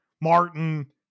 Martin